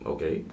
Okay